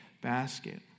basket